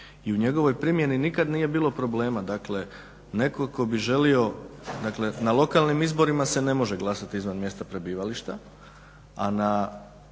I u njegovoj primjeni nikad nije bilo problema. Dakle, netko tko bi želio, dakle na lokalnim izborima se ne može glasati izvan mjesta prebivališta, a na